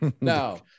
no